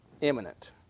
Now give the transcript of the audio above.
imminent